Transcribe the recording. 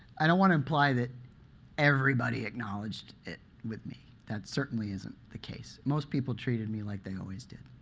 i don't want to imply that everybody acknowledged it with me. that certainly isn't the case. most people treated me like they always did,